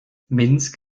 minsk